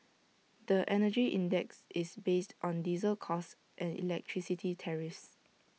the Energy Index is based on diesel costs and electricity tariffs